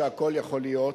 שהכול יכול להיות,